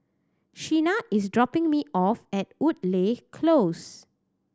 Sheena is dropping me off at Woodleigh Close